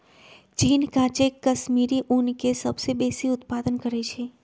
चीन काचे कश्मीरी ऊन के सबसे बेशी उत्पादन करइ छै